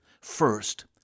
First